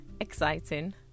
Exciting